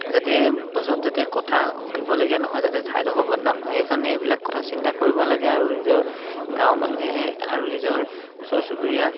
যাতে পাছত যাতে কথা শুনিবলগীয়া নহয় যাতে ঠাইডখৰ বদনাম নহয় সেইকাৰণে এইবিলাক কথা চিন্তা কৰিব লাগে আৰু নিজৰ গাঁৱৰ মানুহে আৰু নিজৰ ওচৰ চুবুৰীয়া